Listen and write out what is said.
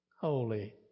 holy